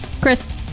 Chris